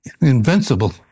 invincible